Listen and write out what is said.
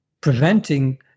preventing